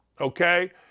okay